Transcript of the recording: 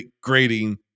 grading